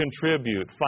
contribute